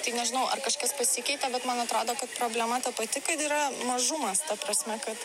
tai nežinau ar kažkas pasikeitė bet man atrodo kad problema ta pati kad yra mažumas ta prasme kad